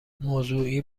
موضوعی